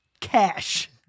cash